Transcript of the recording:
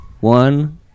one